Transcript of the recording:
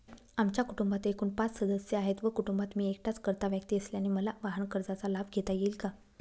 आमच्या कुटुंबात एकूण पाच सदस्य आहेत व कुटुंबात मी एकटाच कर्ता व्यक्ती असल्याने मला वाहनकर्जाचा लाभ घेता येईल का?